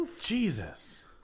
Jesus